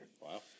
wow